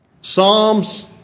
Psalms